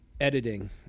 editing